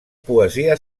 poesia